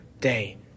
day